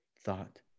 thought